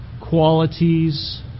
qualities